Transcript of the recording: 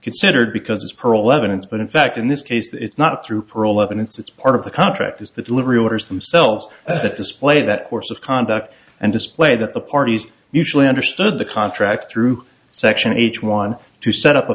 considered because it's pearl evidence but in fact in this case it's not through parole and it's part of the contract is the delivery orders themselves that display that course of conduct and display that the parties usually understood the contract through section each one to set up a